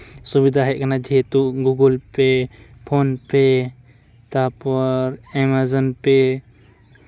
ᱥᱩᱵᱤᱫᱷᱟ ᱦᱮᱡ ᱠᱟᱱᱟ ᱡᱮᱦᱮᱛᱩ ᱜᱩᱜᱩᱞ ᱯᱮᱹ ᱯᱷᱳᱱ ᱯᱮᱹ ᱛᱟᱨᱯᱚᱨ ᱮᱢᱟᱡᱚᱱ ᱯᱮᱹ